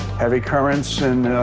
heavy currents and, ah,